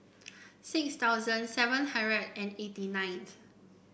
six thousand seven hundred and eighty ninth